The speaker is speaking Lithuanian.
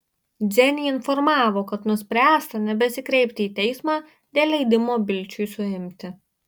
dzenį informavo kad nuspręsta nebesikreipti į teismą dėl leidimo bilčiui suimti